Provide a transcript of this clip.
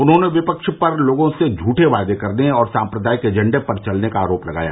उन्होंने विपक्ष पर लोगों से झूठे वादे करने और साम्प्रदायिक एजेंडे पर चलने का आरोप लगाया